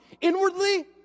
Inwardly